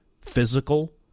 physical